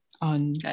on